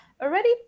already